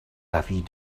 l’avis